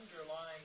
underlying